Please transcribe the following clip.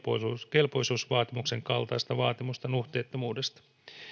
kelpoisuusvaatimuksen kaltaista vaatimusta nuhteettomuudesta